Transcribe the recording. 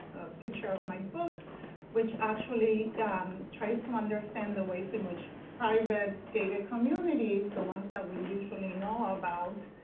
picture of my book which actually tries to understand the ways in which private, gated communities, the ones that we usually know about,